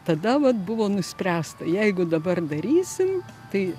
tada vat buvo nuspręsta jeigu dabar darysim tai